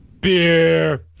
Beer